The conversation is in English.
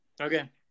Okay